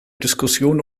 diskussion